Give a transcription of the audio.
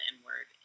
N-word